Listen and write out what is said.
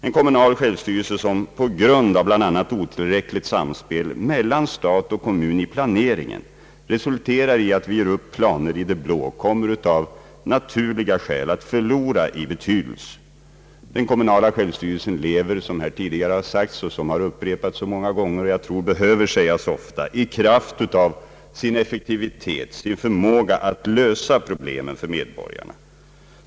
En kommunal självstyrelse som — på grund av bl.a. otillräckligt samspel mellan stat och kommun i planeringen — resulterar i att vi gör upp planer i det blå kommer av naturliga skäl att förlora i betydelse. Den kommunala självstyrelsen lever — det har upprepats många gånger, och jag tror att det behöver sägas ofta — i kraft av sin effektivitet, sin förmåga att lösa problemen för medborgarna.